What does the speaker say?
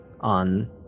on